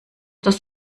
das